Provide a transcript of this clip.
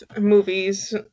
movies